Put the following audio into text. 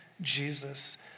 Jesus